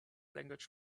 language